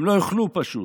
הם לא יאכלו, פשוט.